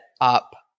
up